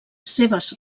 seves